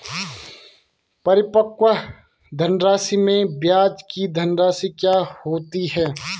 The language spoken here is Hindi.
परिपक्व धनराशि में ब्याज की धनराशि क्या होती है?